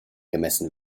gemessen